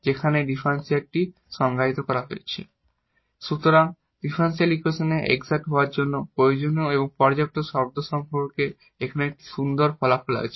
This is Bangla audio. যেখানে এই ডিফারেনশিয়ালটি সংজ্ঞায়িত করা হয়েছে সুতরাং ডিফারেনশিয়াল ইকুয়েশনের এক্সাট হওয়ার জন্য প্রয়োজনীয় এবং পর্যাপ্ত শর্ত সম্পর্কে এখানে একটি সুন্দর ফলাফল আছে